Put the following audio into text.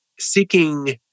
seeking